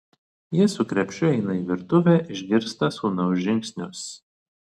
ji su krepšiu eina į virtuvę išgirsta sūnaus žingsnius